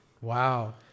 Wow